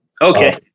Okay